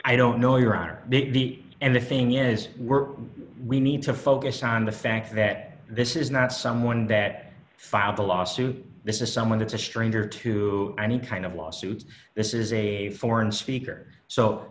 i don't know your honor the and the thing is we're we need to focus on the fact that this is not someone that filed a lawsuit this is someone that's a stranger to any kind of lawsuit this is a foreign speaker so